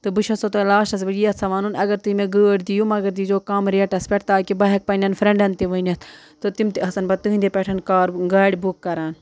تہٕ بہٕ چھَسو تۄہہِ لاسٹَس پٮ۪ٹھ یہِ یژھان وَنُن اگر تُہۍ مےٚ گٲڑۍ دِیِو مگر دیٖزیو کَم ریٹَس پٮ۪ٹھ تاکہِ بہٕ ہٮ۪کہٕ پنٛنٮ۪ن فرٛٮ۪نٛڈن تہِ ؤنِتھ تہٕ تِم تہِ آسَن پَتہٕ تُہٕنٛدی پٮ۪ٹھ کار گاڑِ بُک کَران